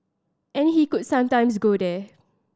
and he could sometimes go there